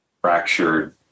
fractured